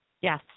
Yes